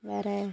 வேற